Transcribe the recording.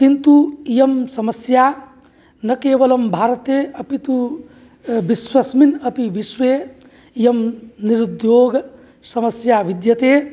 किन्तु इयं समस्या न केवलं भारते अपितु विश्वस्मिन् अपि विश्वे इयं निरुद्योगसमस्या विद्यते